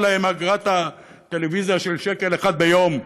להם את אגרת הטלוויזיה של שקל אחד ביום.